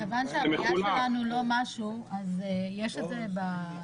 הראייה שלנו לא משהו ואנחנו לא רואים את המצגת.